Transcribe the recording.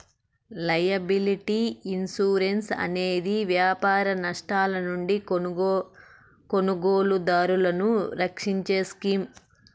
liability insurance అనేది వ్యాపార నష్టాల నుండి కొనుగోలుదారులను రక్షించే స్కీమ్